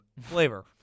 flavor